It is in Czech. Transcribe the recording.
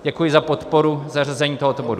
Děkuji za podporu zařazení tohoto bodu.